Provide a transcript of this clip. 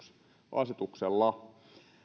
tehdään asetuksella